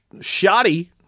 Shoddy